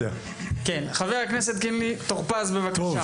חבר הכנסת משה טור פז, בבקשה.